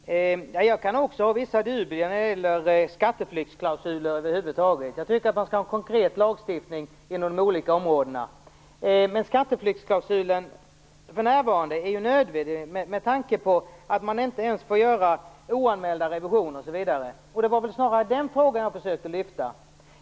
Herr talman! Också jag kan ha vissa dubier när det gäller skatteflyktsklausuler över huvud taget. Jag tycker att man skall ha en konkret lagstiftning inom de olika områdena. Men skatteflyktsklausulen är nödvändig för närvarande med tanke på att man inte ens får göra oanmälda revisioner osv. Det var snarast den frågan som jag försökte ta upp.